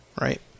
Right